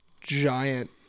giant